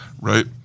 Right